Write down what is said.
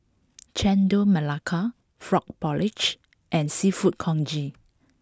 Chendol Melaka Frog Porridge and seafood Congee